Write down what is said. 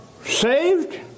saved